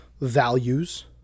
values